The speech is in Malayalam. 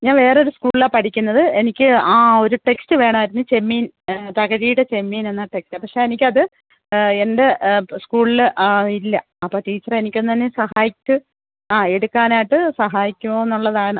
ഞാന് വേറൊരു സ്കൂളിലാണു പഠിക്കുന്നത് എനിക്ക് ആ ഒരു ടെക്സ്റ്റ് വേണമായിരുന്നു ചെമ്മീൻ തകഴിയുടെ ചെമ്മീനെന്ന ടെക്സ്റ്റാണ് പക്ഷേ എനിക്കത് എൻ്റെ സ്കൂളില് ഇല്ല അപ്പോള് ടീച്ചറെനിക്കൊന്നെന്നെ സഹായിച്ച് ആ എടുക്കാനായിട്ട് സഹായിക്കുമോന്നുള്ളതാണ്